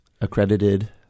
accredited